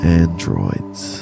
androids